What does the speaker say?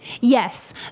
Yes